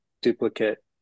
duplicate